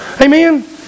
Amen